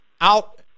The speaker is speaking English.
out